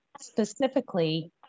specifically